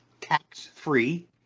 tax-free